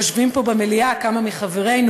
יושבים פה במליאה כמה מחברינו,